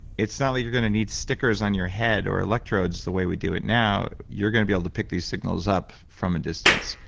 it's not like you're gonna need stickers on your head or electrodes the way we do it now. you're gonna be able to pick these signals up from a distance.